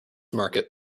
market